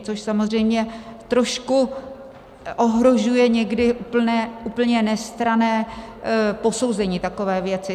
Což samozřejmě trošku ohrožuje někdy úplně nestranné posouzení takové věci.